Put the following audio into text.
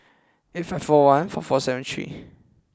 eight five four one four four seven three